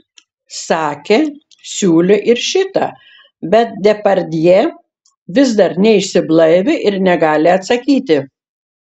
sakė siūlė ir šitą bet depardjė vis dar neišsiblaivė ir negali atsakyti